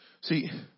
See